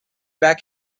back